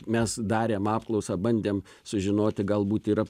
mes darėm apklausą bandėm sužinoti galbūt yra